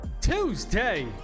Tuesday